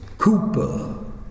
Cooper